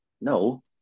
no